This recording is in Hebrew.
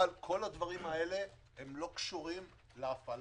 אבל כל הדברים הללו לא קשורים להפעלה.